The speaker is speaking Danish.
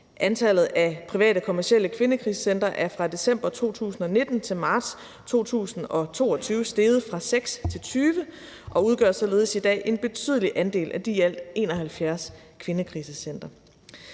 Antallet af private kommercielle kvindekrisecentre er fra december 2019 til marts 2022 steget fra 6 til 20 og udgør således i dag en betydelig andel af de i alt 71 kvindekrisecentre.